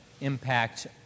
impact